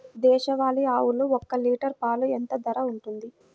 దేశవాలి ఆవులు ఒక్క లీటర్ పాలు ఎంత ధర ఉంటుంది?